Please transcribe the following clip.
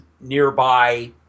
nearby